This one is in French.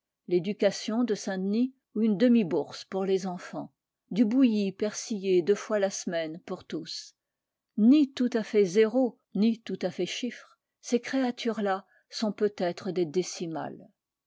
l'éducation de saint-denis ou une demi-bourse pour les enfants du bouilli persillé deux fois la semaine pour tous ni tout à fait zéros ni tout à fait chiffres ces créatures là sont peut-être des